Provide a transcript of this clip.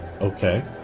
okay